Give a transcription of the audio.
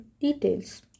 details